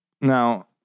now